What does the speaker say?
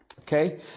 okay